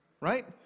Right